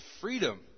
freedom